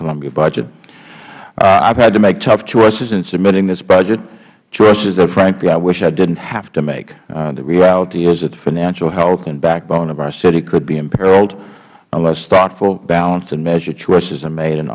columbia budget i have had to make tough choices in submitting this budget choices that frankly i wish i didn't have to make but the reality is that the financial health and backbone of our city could be imperiled unless thoughtful balanced and measured choices are made an